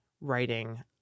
writing